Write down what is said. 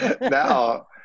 now